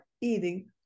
eating